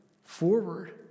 forward